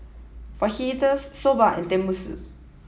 Fajitas Soba and Tenmusu